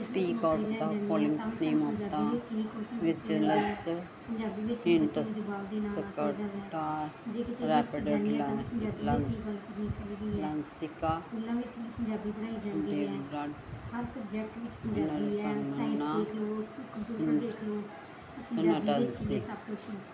speak out the followings name of the vehicles hint ਸਕੱਟਾ ਰੈਪੇਡੇਟਲਾ ਲੰ ਲੰਸੀਕਾ ਦੇਵਾਲਾ ਸੋਨਾਟਾ ਯੂ ਸੀ